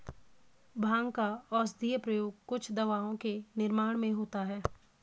भाँग का औषधीय प्रयोग कुछ दवाओं के निर्माण में होता है